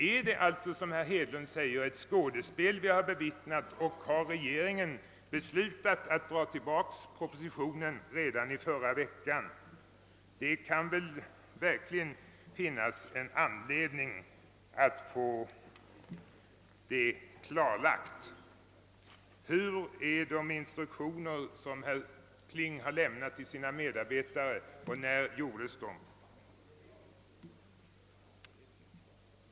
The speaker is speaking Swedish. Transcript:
Är det, såsom herr Hedlund menar, ett skådespel vi har bevittnat, och har regeringen redan under förra veckan beslutat att dra tillbaka propositionen? Det kan verkligen finnas anledning att få detta klarlagt. Hurudana är de instruktioner som herr Kling har lämnat till sina medarbetare och när blev de utformade?